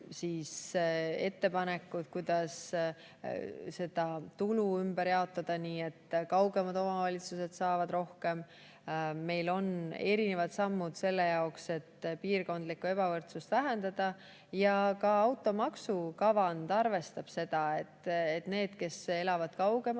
on ettepanekud, kuidas tulu ümber jaotada, nii et kaugemad omavalitsused saavad rohkem. Meil on erinevad sammud selle jaoks, et piirkondlikku ebavõrdsust vähendada. Ja ka automaksu kavand arvestab nendega, kes elavad kaugemal,